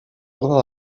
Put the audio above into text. ordre